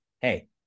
Hey